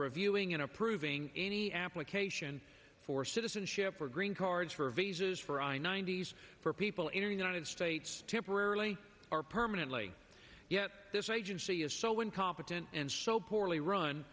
reviewing and approving any application for citizenship or green cards for visas for i ninety s for people in the united states temporarily our permanently yet this agency is so incompetent and so poorly run